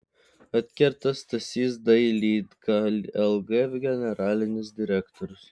atkerta stasys dailydka lg generalinis direktorius